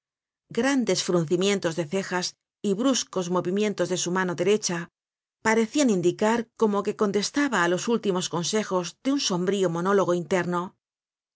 grandes fruncimientos de cejas y bruscos movimientos de su mano derecha parecian indicar como que contestaba á los últimos consejos de un sombrío monólogo interno